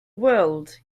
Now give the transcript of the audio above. world